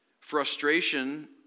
frustration